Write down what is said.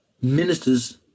Ministers